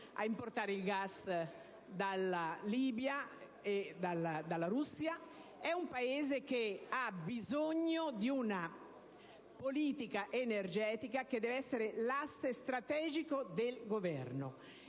ad importare il gas dalla Libia e dalla Russia, ha bisogno di una politica energetica che deve essere l'asse strategico del Governo.